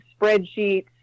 spreadsheets